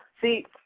See